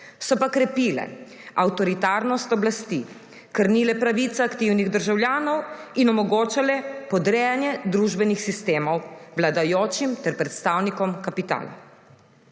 So pa krepile avtoritarnost oblasti, krnile pravice aktivnih državljanov in omogočale podrejanje družbenih sistemov vladajočim ter predstavnikom kapitala.